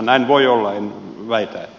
näin voi olla en väitä e